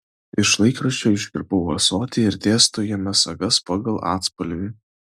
iš laikraščio iškirpau ąsotį ir dėstau jame sagas pagal atspalvį